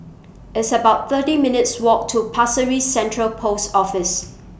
It's about thirty minutes' Walk to Pasir Ris Central Post Office